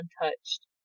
untouched